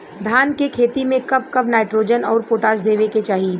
धान के खेती मे कब कब नाइट्रोजन अउर पोटाश देवे के चाही?